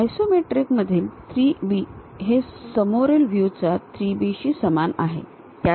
isometric मधील 3 B हे ह्या समोरील व्ह्यू च्या 3 B शी समान आहेत